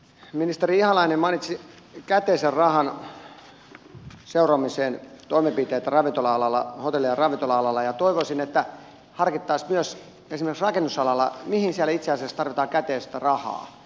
ministeri ihalainen mainitsi käteisen rahan seuraamisen toimenpiteitä hotelli ja ravintola alalla ja toivoisin että harkittaisiin myös esimerkiksi rakennusalalla mihin siellä itse asiassa tarvitaan käteistä rahaa